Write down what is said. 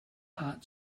heart